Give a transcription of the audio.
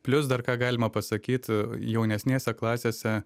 plius dar ką galima pasakyt jaunesnėse klasėse